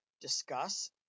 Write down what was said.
discuss